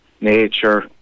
nature